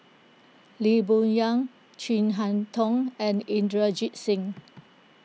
Lee Boon Yang Chin Harn Tong and Inderjit Singh